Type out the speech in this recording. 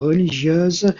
religieuses